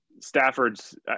Stafford's